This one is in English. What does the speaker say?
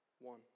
one